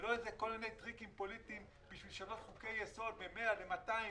ולא כל מיני טריקים פוליטיים בשביל לשנות חוקי-יסוד מ-100 ל-200,